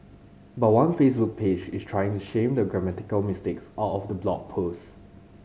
but one Facebook page is trying to shame the grammatical mistakes out of the blog posts